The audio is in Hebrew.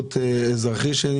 השירות האזרחי?